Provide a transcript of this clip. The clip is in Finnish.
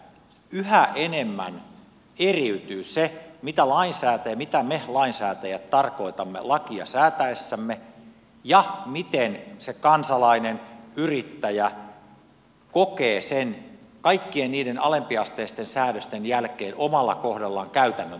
yhä enemmän eriytyy se mitä me lainsäätäjät tarkoitamme lakia säätäessämme ja miten se kansalainen yrittäjä kokee sen kaikkien niiden alempiasteisten säädösten jälkeen omalla kohdallaan käytännön tasolla